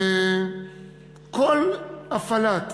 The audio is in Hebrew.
כל הפעלת